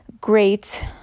great